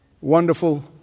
Wonderful